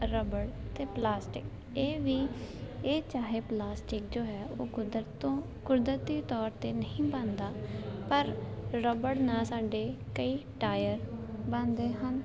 rubber ਅਤੇ plastic ਇਹ ਵੀ ਇਹ ਚਾਹੇ ਪਲਾਸਟਿਕ ਜੋ ਹੈ ਉਹ ਕੁਦਰਤ ਤੋਂ ਕੁਦਰਤੀ ਤੌਰ 'ਤੇ ਨਹੀਂ ਬਣਦਾ ਪਰ ਰਬੜ ਨਾਲ ਸਾਡੇ ਕਈ ਟਾਇਰ ਬਣਦੇ ਹਨ